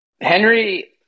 Henry